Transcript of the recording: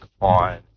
on